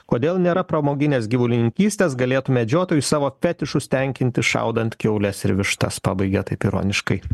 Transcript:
kodėl nėra pramoginės gyvulininkystės galėtų medžiotojai savo fetišus tenkinti šaudant kiaules ir vištas pabaigia taip ironiškai